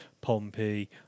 Pompey